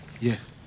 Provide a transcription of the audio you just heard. Yes